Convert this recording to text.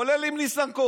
כולל עם ניסנקורן.